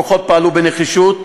הכוחות פעלו בנחישות